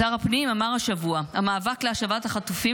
שר הפנים אמר השבוע: המאבק להשבת החטופים